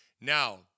Now